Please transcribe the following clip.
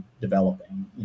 developing